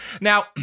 Now